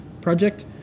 project